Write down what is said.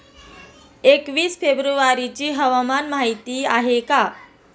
एकवीस फेब्रुवारीची हवामान माहिती आहे का?